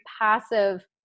passive –